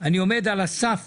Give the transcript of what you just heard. ואני עומד על הסף